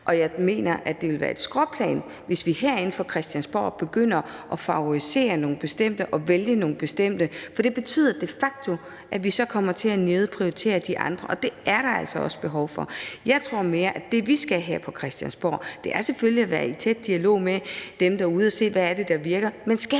Og jeg mener, at det ville være et skråplan, hvis vi herinde fra Christiansborg begynder at favorisere og vælge nogle bestemte, for det betyder de facto, at vi så kommer til at nedprioritere de andre, og dem er der altså også behov for. Jeg tror mere, at det, vi skal her på Christiansborg, selvfølgelig er at være i tæt dialog med dem derude og se, hvad det er, der virker,